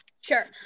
Sure